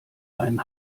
einen